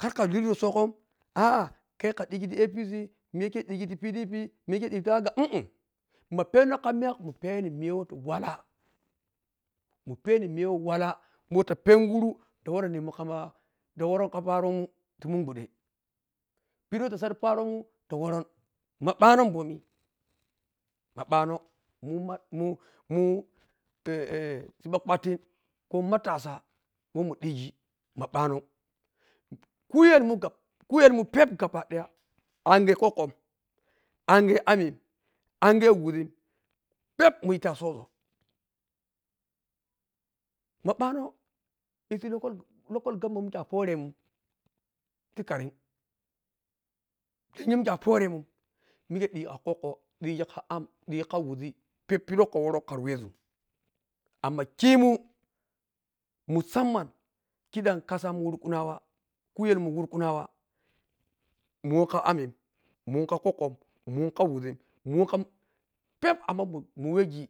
Kharkhi rhosogham “aa” kyekha dhgi ti apc miya khe oi dhigi ti abga um “um” ma penna khamiya munpen miya wah ti walla, mupeni miya wah walla bwo ta penguro ta worun nimun khama ta wori kha pariemun ti mun gbwadhi pedhi wah ta sadhi paroumun woron ma bwano bomi ma bwani emma munma mun mun siɓɓa kwatin ko matsa wahmundhigi ma bwani khuyelmun kham khuye mun peep gaba daya angye kwokwo angye ammin angye wiʒim peep mundgigi ta sozoh ma bwano issi local government wah mikhe a foremunim ti karim lennya wah mikhe a poremmnim mikhe dhigi kha kwokwo dhi kha amm dhi kha wiʒi peep pidhi wah kha woro khara wazum amma khimmun mu samman khidham kasamun khini wurkunawa khuyelmun wurkunawa muwaom kha ammin muwon kha kwokwom muwom kha wiʒim muwom kha peep amma mun wahghe